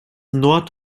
nord